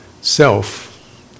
self